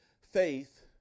Faith